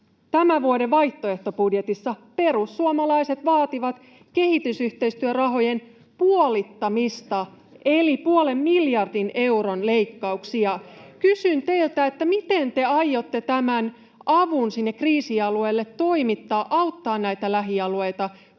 tämän vuoden vaihtoehtobudjetissa vaativat kehitysyhteistyörahojen puolittamista eli puolen miljardin euron leikkauksia. Kysyn teiltä, miten muuten te aiotte tämän avun sinne kriisialueille toimittaa, auttaa näitä lähialueita